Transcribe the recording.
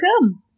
come